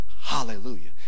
hallelujah